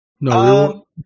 No